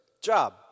job